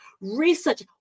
Research